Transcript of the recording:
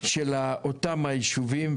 של אותם הישובים.